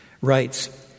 writes